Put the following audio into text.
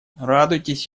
радуйтесь